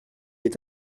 est